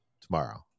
tomorrow